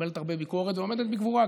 שמקבלת הרבה ביקורת ועומדת בגבורה,